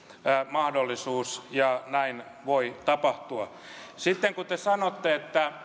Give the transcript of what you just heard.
mahdollisuus ja näin voi tapahtua sitten kun te sanotte